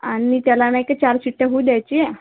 आणि त्याला नाही का चार शिट्ट्या होऊ द्यायचे